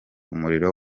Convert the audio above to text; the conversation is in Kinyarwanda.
umuriro